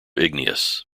igneous